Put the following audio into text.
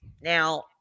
now